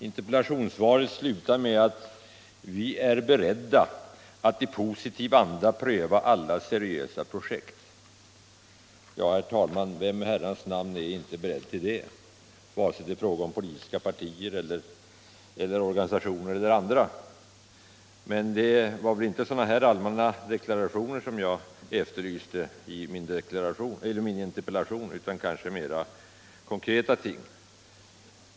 Interpellationssvaret slutar med orden: ”Vi är beredda att i positiv anda pröva alla seriösa projekt.” Ja, herr talman, vem i herrans namn är inte beredd till det, vare sig det är fråga om politiska partier, organisationer eller andra? Det var inte sådana allmänna deklarationer som jag efterlyste i min interpellation utan mera konkreta ting.